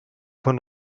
von